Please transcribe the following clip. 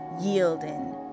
yielding